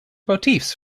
motifs